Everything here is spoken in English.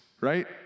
right